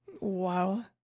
Wow